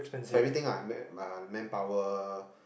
for everything lah ma~ ma~ manpower